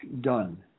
done